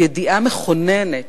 היא ידיעה מכוננת,